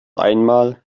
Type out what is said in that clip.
einmal